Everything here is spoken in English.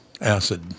acid